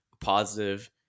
positive